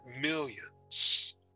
millions